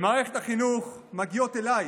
במערכת החינוך מגיעות אליי